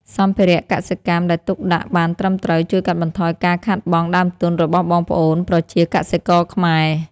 សម្ភារៈកសិកម្មដែលទុកដាក់បានត្រឹមត្រូវជួយកាត់បន្ថយការខាតបង់ដើមទុនរបស់បងប្អូនប្រជាកសិករខ្មែរ។